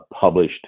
published